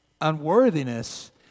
unworthiness